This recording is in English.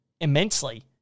immensely